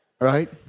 Right